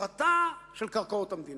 הפרטה של קרקעות המדינה.